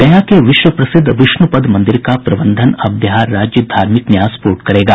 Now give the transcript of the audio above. गया के विश्व प्रसिद्ध विष्णुपद मंदिर का प्रबंधन अब बिहार राज्य धार्मिक न्यास बोर्ड करेगा